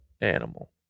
animal